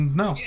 no